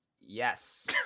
Yes